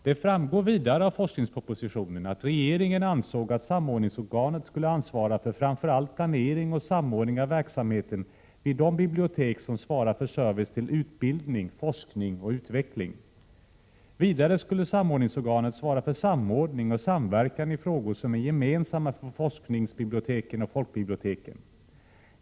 Det framgår vidare av forskningspropositionen att regeringen ansåg att samordningsorganet skulle ansvara för framför allt planering och samordning av verksamheten vid de bibliotek som svarar för service till utbildning, forskning och utveckling. Vidare skulle samordningsorganet svara för samordning och samverkan i frågor som är gemensamma för forskningsbiblioteken och folkbiblioteken.